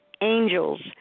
angels